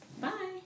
Bye